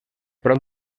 prop